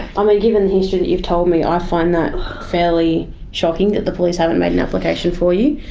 um ah given the history that you've told me, i find that fairly shocking that the police haven't made an application for you.